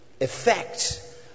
Effect